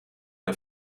der